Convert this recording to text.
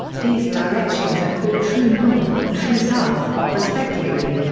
these directions are called true north and true south, respectively.